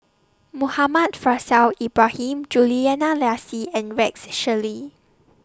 Muhammad Faishal Ibrahim Juliana Yasin and Rex Shelley